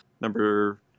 Number